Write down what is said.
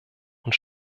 und